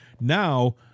Now